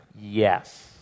yes